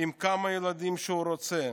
להביא כמה ילדים שהוא רוצה,